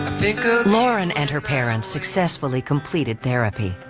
lauren and her parents successfully completed therapy.